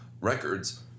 records